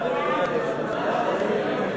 סעיף 1 נתקבל.